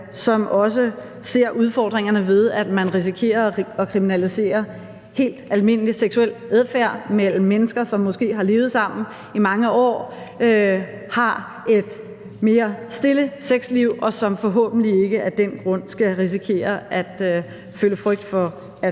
som også ser udfordringerne i, at man risikerer at kriminalisere helt almindelig seksuel adfærd mellem mennesker, som måske har levet sammen i mange år, som har et mere stille sexliv, og som forhåbentlig ikke af den grund skal risikere at føle frygt for at